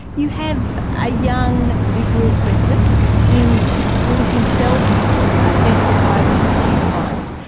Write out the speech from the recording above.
you have a young, liberal president who was himself affected by abuses of human rights,